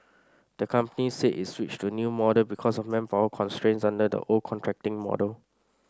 the company said it switched to new model because of manpower constraints under the old contracting model